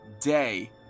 day